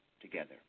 together